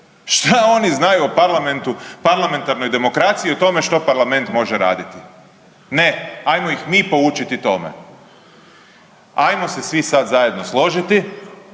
parlamentu, parlamentarnoj demokraciji i o tome što parlament može raditi? Ne, hajmo ih mi poučiti tome. Hajmo se svi sad zajedno složiti